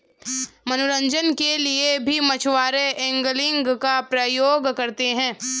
मनोरंजन के लिए भी मछुआरे एंगलिंग का प्रयोग करते हैं